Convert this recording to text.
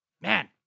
man